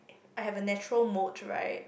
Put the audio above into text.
I have a natural moat right